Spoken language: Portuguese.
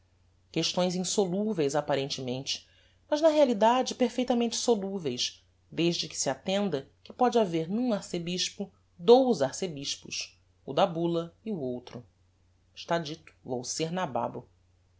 questões insoluveis apparentemente mas na realidade perfeitamente soluveis desde que se attenda que póde haver n'um arcebispo dous arcebispos o da bulla e o outro está dito vou ser nababo